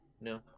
no